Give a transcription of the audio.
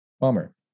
Bummer